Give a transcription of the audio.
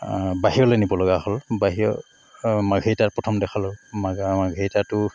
বাহিৰলৈ নিব লগা হ'ল বাহিৰত মাৰ্ঘেৰিটাত প্ৰথম দেখালো মা মাৰ্ঘেৰিটাতো